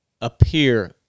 appear